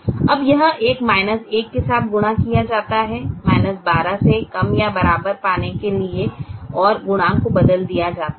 अब यह एक 1 के साथ गुणा किया जाता है 12 से कम या बराबर पाने के लिए और गुणांक को बदल दिया जाता है